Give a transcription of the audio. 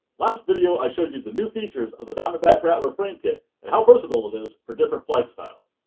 last video i showed you the new features of the diamondback rattler frame kit and how versatile it is for different flight styles.